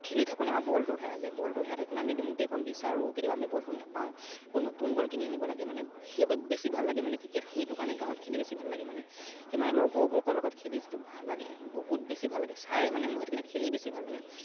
খেলি থাকোতে আমাৰ বলটো হেৰাই যায় বলটো হেৰাই থাকিলে আমি এতিয়া গোটেইখন বিচাৰোঁ কেতিয়াবা আমি বলটো নাপাওঁ আকৌ নতুন বল কিনি আনিব লাগে মানে সেই বেছি ভাল লাগে মানে ক্ৰিকেট সেইটো কাৰণে গাঁৱত খেলি বেছি ভাল লাগে মানে সেই মানে লগৰবোৰকৰ লগত খেলি যিটো ভাল লাগে বহুত বেছি ভাল লাগে চাই মানে মোৰ সেইটো কাৰণে খেলি বেছি ভাল লাগে